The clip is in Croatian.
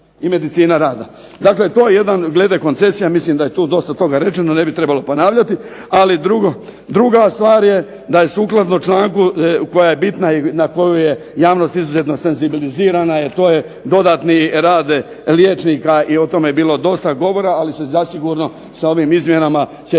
Dakle, to je jedan glede koncesije mislim da je tu dosta toga rečeno, ne bi trebalo ponavljati. Ali druga stvar je da je sukladno članku koja je bitna i na koju je javnost izuzetno senzibilizirana, a to je dodatni rad liječnika i o tome je bilo dosta govora, ali zasigurno sa ovim izmjenama će